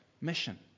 mission